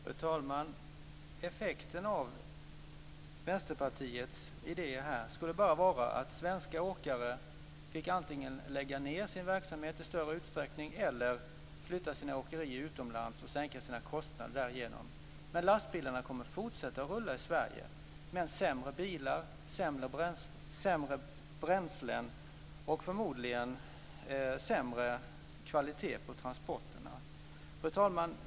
Fru talman! Effekten av Vänsterpartiets idéer skulle bara vara att svenska åkare antingen fick lägga ned sin verksamhet i större utsträckning eller flytta sina åkerier utomlands och sänka sina kostnader därigenom. Lastbilarna kommer att fortsätta att rulla i Sverige, men det kommer att vara sämre bilar, sämre bränslen och förmodligen sämre kvalitet på transporterna. Fru talman!